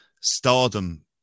stardom